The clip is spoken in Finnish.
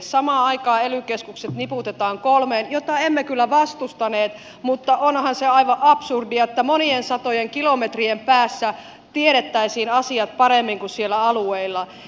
samaan aikaan ely keskukset niputetaan kolmeen mitä emme kyllä vastustaneet mutta onhan se aivan absurdia että monien satojen kilometrien päässä tiedettäisiin asiat paremmin kuin siellä alueilla